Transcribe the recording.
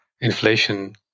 inflation